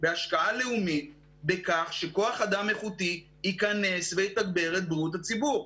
השקעה לאומית בכך שכוח אדם איכותי ייכנס ויתגבר את בריאות הציבור.